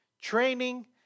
training